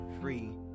free